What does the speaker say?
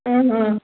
ಹ್ಞೂ ಹ್ಞೂಂ